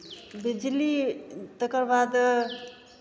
बिजली तकर बाद